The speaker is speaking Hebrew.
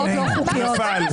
אין לכם זכות לעצור את ההצבעה.